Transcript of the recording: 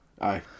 Aye